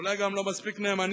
אולי גם לא מספיק נאמנים.